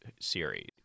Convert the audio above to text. series